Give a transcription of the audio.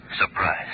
Surprise